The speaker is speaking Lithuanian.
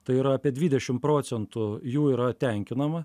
tai yra apie dvidešim procentų jų yra tenkinama